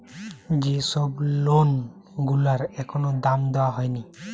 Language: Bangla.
যে সব লোন গুলার এখনো দাম দেওয়া হয়নি